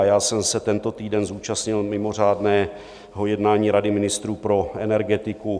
Já jsem se tento týden zúčastnil mimořádného jednání Rady ministrů pro energetiku.